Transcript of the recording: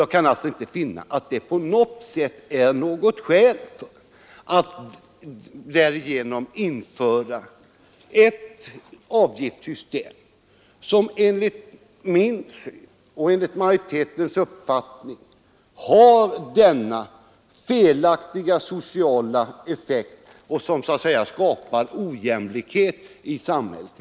Jag kan alltså inte finna att det är något skäl för att införa ett avgiftssystem som — enligt min och majoritetens uppfattning — har den felaktiga sociala effekt som jag har talat om, och som skapar ojämlikhet i samhället.